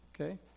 okay